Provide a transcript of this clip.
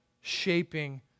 shaping